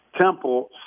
Temple